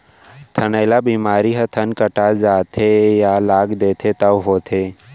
थनैला बेमारी ह थन कटा जाथे या लाग देथे तौ होथे